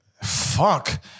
fuck